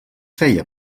feia